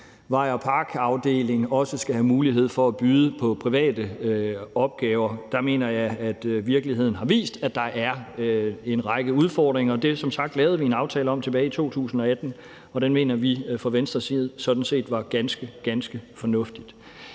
vej og park-afdeling også skal have mulighed for at byde på private opgaver? Der mener jeg, at virkeligheden har vist, at der er en række udfordringer. Som sagt lavede vi en aftale om det tilbage i 2018, og den mener vi fra Venstres side sådan set var ganske, ganske fornuftig.